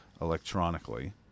electronically